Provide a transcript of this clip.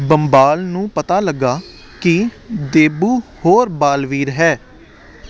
ਬੰਬਾਲ ਨੂੰ ਪਤਾ ਲੱਗਾ ਕਿ ਦੇਬੂ ਹੋਰ ਬਾਲਵੀਰ ਹੈ